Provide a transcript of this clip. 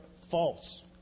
false